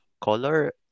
color